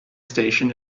station